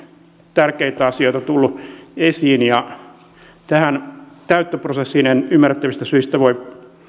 tärkeitä asioita tullut esiin ja tähän täyttöprosessiin en ymmärrettävistä syistä voi